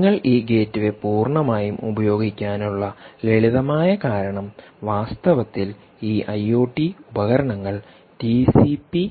നിങ്ങൾ ഈ ഗേറ്റ്വേ പൂർണ്ണമായും ഉപയോഗിക്കാനുളള ലളിതമായ കാരണം വാസ്തവത്തിൽ ഈ ഐഒടി ഉപകരണങ്ങൾ ടിസിപി